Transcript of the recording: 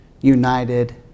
united